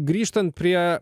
grįžtant prie